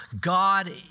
God